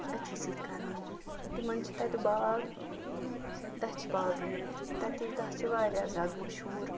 أتھۍ سۭتۍ کران تِمن چھِ تَتہِ باغ دَچھِ باغٕے یوت تِتِچ دَچھ چھِ واریاہ زیادٕ مَشہوٗر